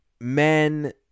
men